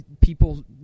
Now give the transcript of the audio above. people